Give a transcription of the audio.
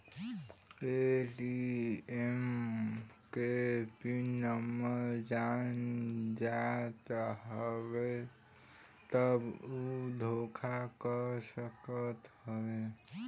ATM के PIN number जान जात हवे तब उ धोखा कर सकत हवे